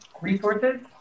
resources